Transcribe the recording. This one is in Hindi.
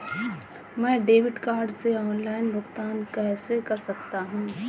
मैं डेबिट कार्ड से ऑनलाइन भुगतान कैसे कर सकता हूँ?